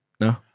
No